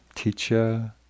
teacher